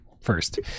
first